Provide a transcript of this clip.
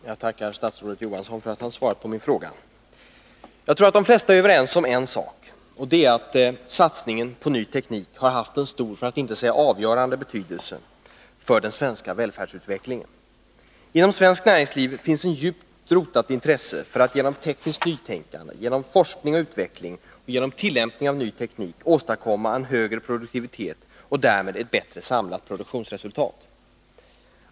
Herr talman! Jag tackar statsrådet Johansson för att han har svarat på min fråga. Jag tror att de flesta är överens om en sak — att satsningen på ny teknik har haft en stor, för att inte säga avgörande betydelse för den svenska välfärdsutvecklingen. Inom svenskt näringsliv finns ett djupt rotat intresse för att genom tekniskt nytänkande, forskning och utveckling samt tillämpning av ny teknik åstadkomma en högre produktivitet och därmed ett bättre samlat produktionsresultat.